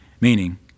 Meaning